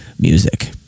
music